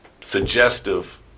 suggestive